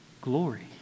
glory